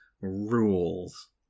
rules